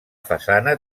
façana